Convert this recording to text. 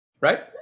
right